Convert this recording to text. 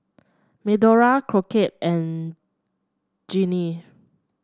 Medora Crockett and Jeanie